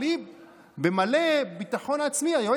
אבל היא בביטחון עצמי מלא